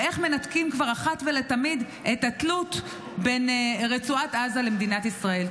איך מנתקים כבר אחת ולתמיד את התלות בין רצועת עזה לבין מדינת ישראל?